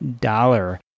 dollar